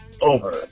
over